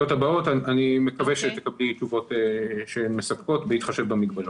הבאים ואני מקווה שתקבלי תשובות מספקות בהתחשב במגבלות.